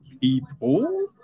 people